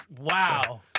Wow